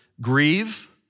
grieve